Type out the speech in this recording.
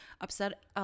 upset